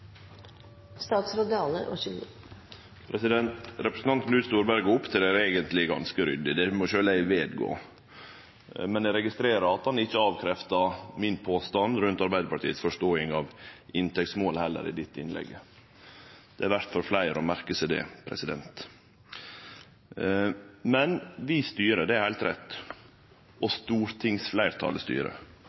Knut Storberget opptrer eigentleg ganske ryddig, det må sjølv eg vedgå, men eg registrerer at han heller ikkje i dette innlegget avkrefta min påstand rundt Arbeidarpartiet si forståing av inntektsmålet. Det er verdt å merke seg for fleire. Vi styrer, det er heilt rett, og stortingsfleirtalet